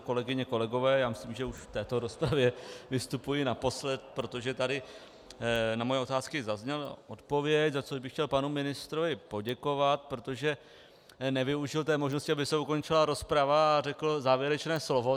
Kolegyně, kolegové, myslím, že už v této rozpravě vystupuji naposledy, protože tady na moje otázky zazněla odpověď, za což bych chtěl panu ministrovi poděkovat, protože nevyužil té možnosti, aby se ukončila rozprava a řekl závěrečné slovo.